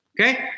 Okay